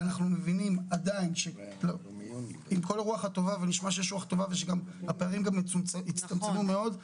עם כל הרוח הטובה ונשמע שיש רוח טובה ושגם הפערים הצטמצמו מאוד,